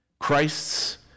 Christ's